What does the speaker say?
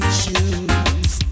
shoes